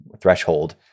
threshold